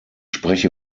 spreche